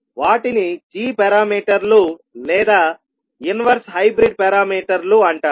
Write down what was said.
వాటిని g parameter లు లేదా ఇన్వెర్స్ హైబ్రిడ్ పారామీటర్ లు అంటారు